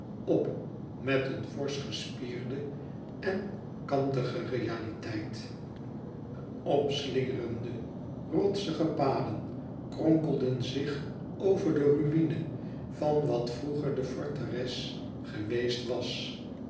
op met een forsch gespierde en kantige realiteit opslingerende rotsige paden kronkelden zich over de ruïne van wat vroeger de forteres geweest was